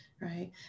right